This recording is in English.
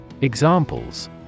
Examples